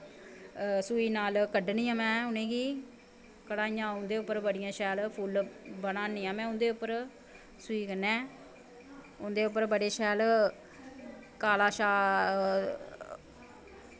सूई नाल कड्ढनी आं में उ'नें गी कढ़ाइयां उं'दे उप्पर बड़ियां शैल फु'ल्ल बनानी आं में उं'दे उप्पर सुई कन्नै उं'दे उप्पर बड़े शैल काला